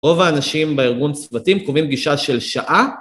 רוב האנשים בארגון, צוותים קובעים פגישה של שעה.